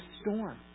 storm